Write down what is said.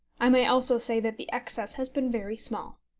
i may also say that the excess has been very small.